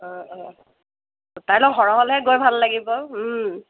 অঁ অঁ গোটাই লওঁ সৰহ হ'লেহে গৈ ভাল লাগিব